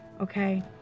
okay